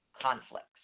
conflicts